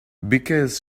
because